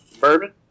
bourbon